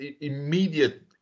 immediate